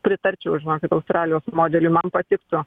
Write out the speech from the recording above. pritarčiau žinokit australijos modeliui man patiktų